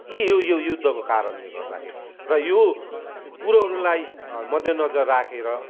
यी यो यो युद्धको कारणले गर्दाखेरि र यो कुरोहरूलाई मध्य नजर राखेर